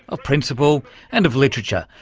of principle and of literature.